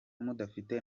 mudafite